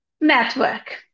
Network